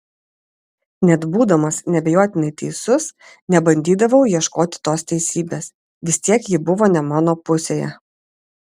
net būdamas neabejotinai teisus nebandydavau ieškoti tos teisybės vis tiek ji buvo ne mano pusėje